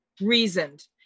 reasoned